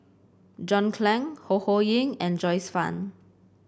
John Clang Ho Ho Ying and Joyce Fan